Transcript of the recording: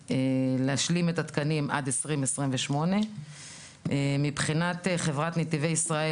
להשלים את התקנים עד 2028. מבחינת חברת נתיבי ישראל,